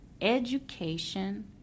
education